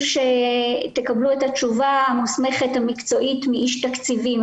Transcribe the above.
שתקבלו את התשובה המוסמכת והמקצועית מאיש תקציבים.